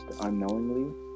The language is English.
unknowingly